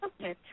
Okay